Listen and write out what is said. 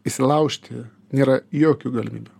įsilaužti nėra jokių galimybių